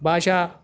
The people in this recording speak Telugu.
భాష